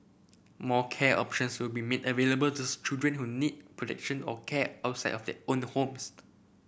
more care options will be made available to children who need protection or care outside of their own the homes